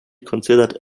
considered